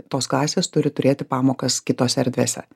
tos klasės turi turėti pamokas kitose erdvėse